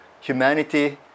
humanity